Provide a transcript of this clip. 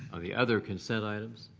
ah the other consent items?